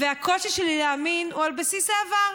והקושי שלי להאמין הוא על בסיס העבר,